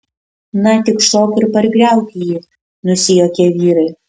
na tik šok ir pargriauk jį nusijuokė vyrai